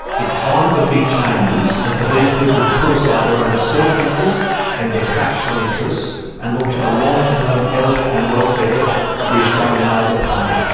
it's time for big changes and for these people to put aside their own self-interest and their factional interests and look to the long-term health and welfare of the australian labor party,